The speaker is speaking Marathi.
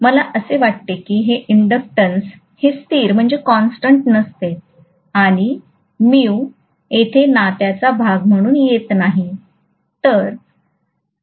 म्हणूनच मला असे वाटते की हे इंडक्टन्स हे स्थिर नसते आणि येथे नात्याचा भाग म्हणून येत नाही